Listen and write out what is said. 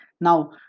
Now